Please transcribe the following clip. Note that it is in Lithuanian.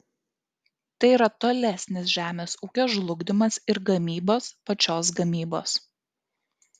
tai yra tolesnis žemės ūkio žlugdymas ir gamybos pačios gamybos